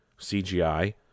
CGI